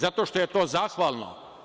Zato što je to zahvalno.